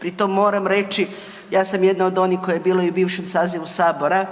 pri tom moram reći, ja sam jedna od onih koja je bila i u bivšem sazivu Sabora